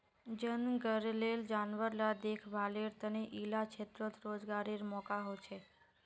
जनगलेर जानवर ला देख्भालेर तने इला क्षेत्रोत रोज्गारेर मौक़ा होछे